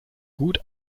gut